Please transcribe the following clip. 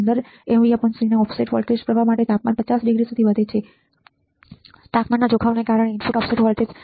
15 mVC ના offset voltage પ્રવાહ માટે તાપમાન 50°C સુધી વધે છે ઉકેલ તાપમાનના જોખમને કારણે ઇનપુટ ઓફસેટ વોલ્ટેજ 0